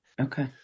Okay